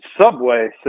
subway